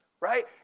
Right